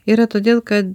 yra todėl kad